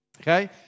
Okay